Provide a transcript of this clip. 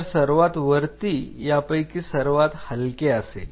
तर सर्वात वरती यापैकी सर्वात हलके असेल